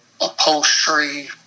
upholstery